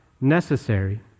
necessary